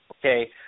okay